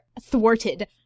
thwarted